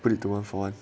put it to one for one